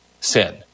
sin